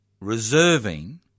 Reserving